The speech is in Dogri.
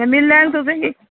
में मिली लैङ तुसेंगी